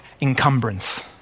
encumbrance